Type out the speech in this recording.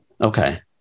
Okay